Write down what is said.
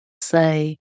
say